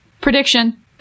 Prediction